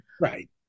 Right